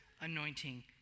anointing